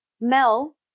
Mel